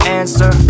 answer